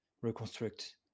reconstruct